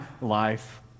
life